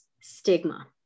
stigma